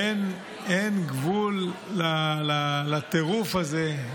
אין גבול לטירוף הזה.